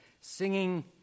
singing